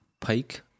pike